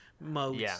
modes